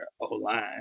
O-line